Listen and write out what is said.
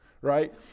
right